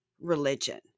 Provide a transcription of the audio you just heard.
religion